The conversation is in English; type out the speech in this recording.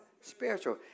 spiritual